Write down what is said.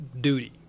duty